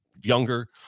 younger